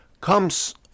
comes